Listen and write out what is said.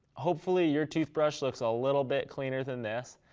hopefully your toothbrush looks a little bit cleaner than this.